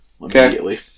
immediately